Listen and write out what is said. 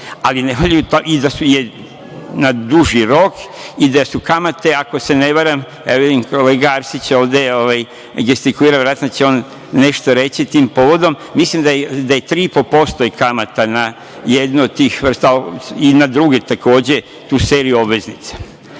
ali ne valjaju i da su na duži rok i da su kamate, ako se ne varam, evo vidim kolega Arsić je ovde gestikulirao, verovatno će on nešto reći tim povodom. Mislim da je 3,5% kamata na jednu od tih vrsta i na druge takođe tu seriju obveznica.